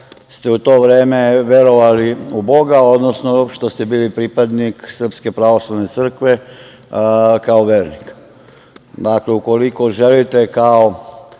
ste u to vreme verovali u Boga, odnosno što ste bili pripadnik SPC kao vernik. Dakle, ukoliko želite kao